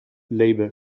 labour